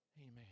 Amen